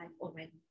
already